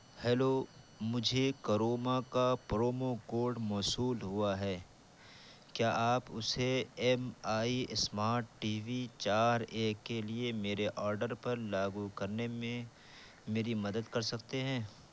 hello مجھے کروما کا promo code موصول ہوا ہے کیا آپ اسے M I smart T V چار اے کے لیے میرے آرڈر پر لاگو کرنے میں میری مدد کر سکتے ہیں